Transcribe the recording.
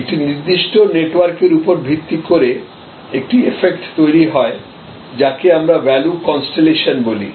একটি নির্দিষ্ট নেটওয়ার্কের উপর ভিত্তি করে একটি এফেক্ট তৈরি হয় যাকে আমরা ভ্যালু কন্সটেলেশন বলি